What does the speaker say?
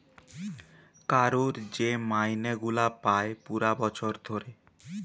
কারুর যে মাইনে গুলা পায় পুরা বছর ধরে